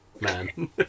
man